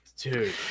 Dude